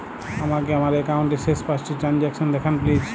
আমাকে আমার একাউন্টের শেষ পাঁচটি ট্রানজ্যাকসন দেখান প্লিজ